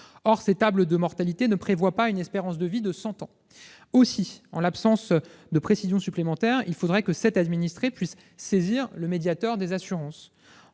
Or ces tables de mortalité ne prévoient pas une espérance de vie de 100 ans. Aussi, en l'absence de précision supplémentaire, il faudrait que cet administré puisse saisir le médiateur des assurances.